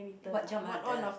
what jump are the